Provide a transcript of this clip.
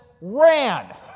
ran